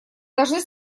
должны